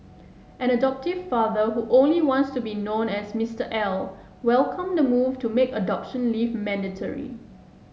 an adoptive father who only wants to be known as Mister L welcomed the move to make adoption leave mandatory